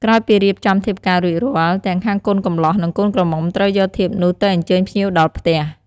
ក្រោយពីរៀបចំធៀបការរួចរាល់ ទាំងខាងកូនកម្លោះ និងកូនក្រមុំត្រូវយកធៀបនោះទៅអញ្ជើញភ្ញៀវដល់ផ្ទះ។